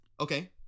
Okay